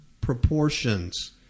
proportions